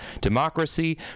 democracy